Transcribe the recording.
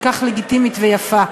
כל כך לגיטימית ויפה,